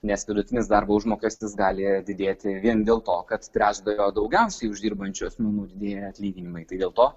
nes vidutinis darbo užmokestis gali didėti vien dėl to kad trečdalio daugiausiai uždirbančių asmenų didėja atlyginimai tai dėl to